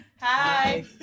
Hi